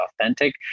authentic